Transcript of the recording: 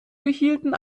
behielten